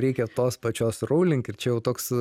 reikia tos pačios rowling ir čia jau toks